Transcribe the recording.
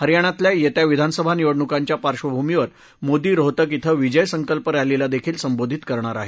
हरियाणातल्या येत्या विधानसभा निवडणुकांच्या पार्क्षमूमीवर मोदी रोहतक इथ विजय संकल्प रॅलीलादेखील संबोधित करणार आहेत